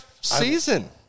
season